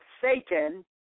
Satan